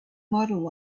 model